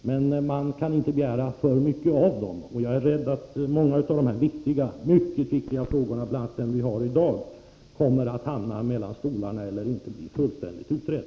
Men man kan inte begära för mycket av dem, och jag är rädd för att många av dessa mycket viktiga frågor — bl.a. den som vi debatterar i dag — kommer att hamna mellan stolarna eller inte bli fullständigt utredd.